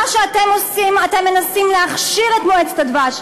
מה שאתם עושים, אתם מנסים להכשיר את מועצת הדבש.